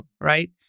right